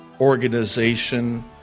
Organization